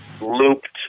looped